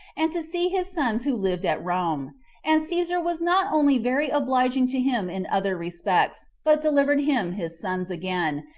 and to see his sons who lived at rome and caesar was not only very obliging to him in other respects, but delivered him his sons again,